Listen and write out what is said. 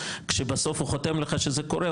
כשבסוף הוא חותם לך כשזה קורה,